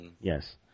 Yes